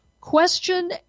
question